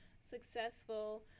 successful